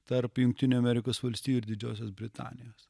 tarp jungtinių amerikos valstijų ir didžiosios britanijos